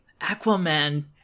Aquaman